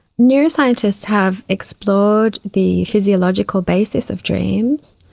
neuroscientists have explored the physiological basis of dreams,